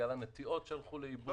בגלל הנטיעות שהלכו לאיבוד,